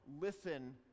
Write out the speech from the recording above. listen